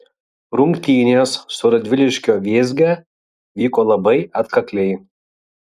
rungtynės su radviliškio vėzge vyko labai atkakliai